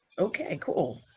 okay. cool.